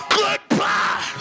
goodbye